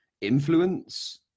influence